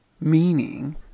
meaning